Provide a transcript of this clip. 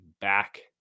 back